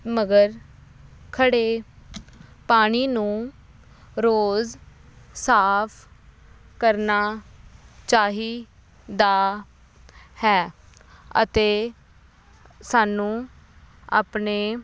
ਮਗਰ ਖੜ੍ਹੇ ਪਾਣੀ ਨੂੰ ਰੋਜ਼ ਸਾਫ ਕਰਨਾ ਚਾਹੀਦਾ ਹੈ ਅਤੇ ਸਾਨੂੰ ਆਪਣੇ